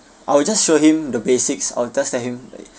I will just show him the basics I'll just tell him like